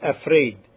afraid